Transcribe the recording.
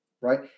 right